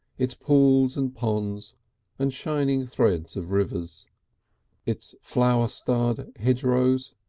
its pools and ponds and shining threads of rivers its flower-starred hedgerows,